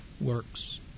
works